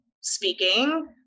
speaking